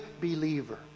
believer